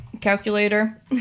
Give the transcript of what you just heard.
calculator